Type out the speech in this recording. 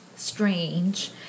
Strange